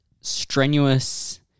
strenuous